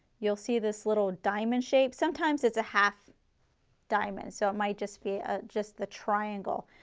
you will see this little diamond shape, sometimes it's a half diamond so it might just be, ah just the triangle.